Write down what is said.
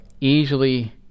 easily